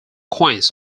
coins